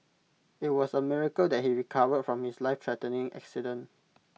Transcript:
IT was A miracle that he recovered from his lifethreatening accident